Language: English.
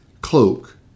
cloak